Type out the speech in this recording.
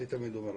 אני תמיד אומר,